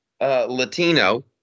Latino